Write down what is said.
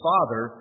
Father